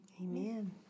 Amen